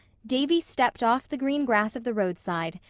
davy stepped off the green grass of the roadside,